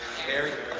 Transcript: carry.